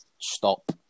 stop